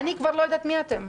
אני כבר לא יודעת מי אתם.